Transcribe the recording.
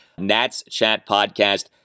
NatsChatPodcast